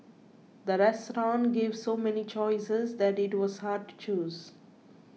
the restaurant gave so many choices that it was hard to choose